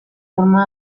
forma